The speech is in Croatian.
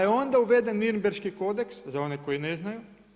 Pa je onda uveden Nirnberški kodeks za one koji ne znaju.